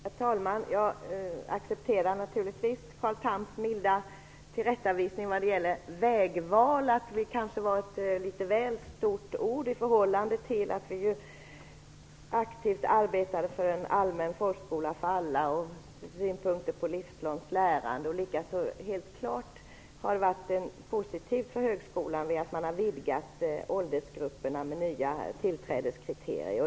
Herr talman! Jag accepterar naturligtvis Carl Thams milda tillrättavisning vad gäller ordet vägvalet. Det kanske var ett litet väl stort ord i förhållande till att vi aktivt arbetade för en allmän förskola för alla och med livslångt lärande. Det har helt klart varit positivt för högskolan att man har vidgat åldersgrupperna genom nya tillträdeskriterier.